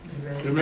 Amen